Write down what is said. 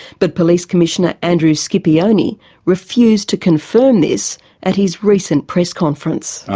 but police commissioner andrew scipione refused to confirm this at his recent press conference.